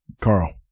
carl